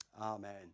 Amen